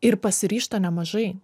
ir pasiryžta nemažai